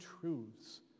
truths